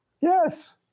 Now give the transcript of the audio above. Yes